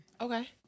Okay